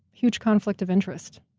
huge conflict of interest.